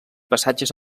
passatges